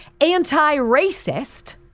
anti-racist